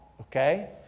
okay